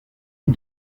est